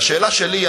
והשאלה שלי היא,